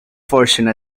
fortune